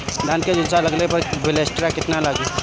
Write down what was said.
धान के झुलसा लगले पर विलेस्टरा कितना लागी?